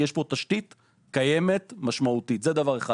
יש פה תשתית משמעותית שכבר קיימת.